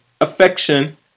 affection